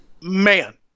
Man